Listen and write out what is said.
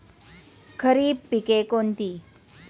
खरीप पिके कोणती?